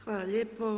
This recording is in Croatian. Hvala lijepo.